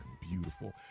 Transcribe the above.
beautiful